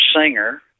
singer